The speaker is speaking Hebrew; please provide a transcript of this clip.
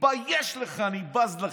תתבייש לך, אני בז לכם".